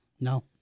No